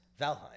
Valheim